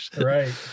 Right